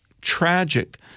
tragic